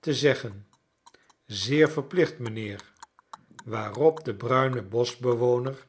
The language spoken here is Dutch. te zeggen zeer verplicht mynheer waarop de bruine boschbewoner